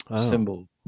symbol